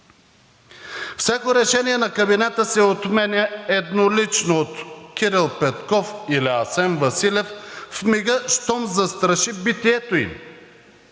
Всяко решение на кабинета се отменя еднолично от Кирил Петков или Асен Василев в мига, щом застраши битието им.